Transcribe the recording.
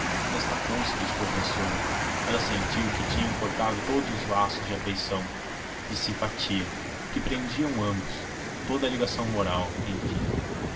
dele destacou-se de sua pessoa ela sentiu que tinham cortado todos os laços de afeição de simpatia que prendiam ambos toda a ligação moral enfim